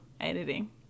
editing